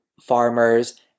farmers